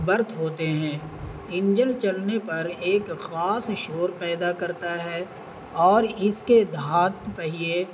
birth ہوتے ہیں engine چلنے پر ایک خاص شور پیدا کرتا ہے اور اس کے دھاتات پہیے